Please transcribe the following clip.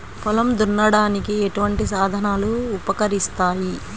పొలం దున్నడానికి ఎటువంటి సాధనలు ఉపకరిస్తాయి?